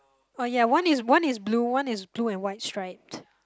oh ya one is one is blue one is blue and white stripe